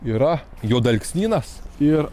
yra juodalksnynas ir